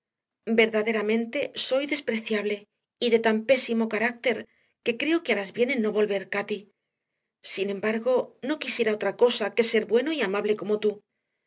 verdaderamente soy despreciable y de tan pésimo carácter que creo que harás bien en no volver cati sin embargo no quisiera otra cosa que ser bueno y amable como tú